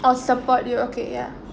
or support you okay ya